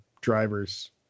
driver's